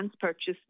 purchased